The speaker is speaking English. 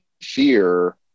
fear